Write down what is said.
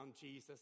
Jesus